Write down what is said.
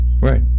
Right